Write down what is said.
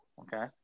Okay